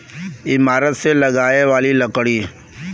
ईमारत मे लगाए वाली लकड़ी